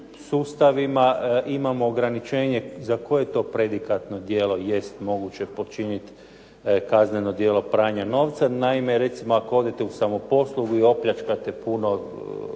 sustavima imamo ograničenje za koje to predikatno djelo jest moguće počiniti kazneno djelo pranja novca. Naime, recimo ako odete u samoposlugu i opljačkate puno